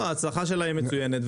ההצלחה שלה היא מצוינת,